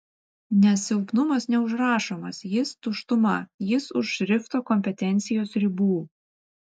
nes silpnumas neužrašomas jis tuštuma jis už šrifto kompetencijos ribų